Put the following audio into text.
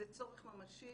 זה צורך ממשי.